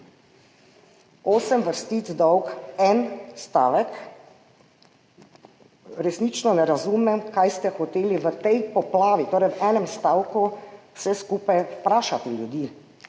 Osem vrstic dolg en stavek, resnično ne razumem, kaj ste hoteli v tej poplavi, torej v enem stavku vse skupaj, vprašati ljudi.